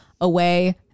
away